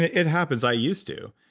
it happens, i used to.